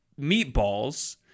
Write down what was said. meatballs